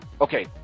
okay